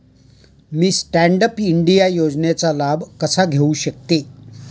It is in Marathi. मी स्टँड अप इंडिया योजनेचा लाभ कसा घेऊ शकते